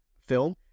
film